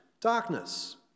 darkness